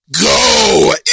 go